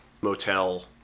motel